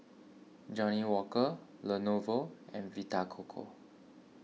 Johnnie Walker Lenovo and Vita Coco